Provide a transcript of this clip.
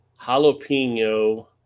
jalapeno